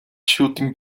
shooting